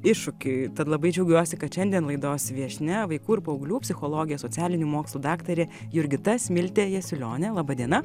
iššūkiui tad labai džiaugiuosi kad šiandien laidos viešnia vaikų ir paauglių psichologė socialinių mokslų daktarė jurgita smiltė jasiulionė laba diena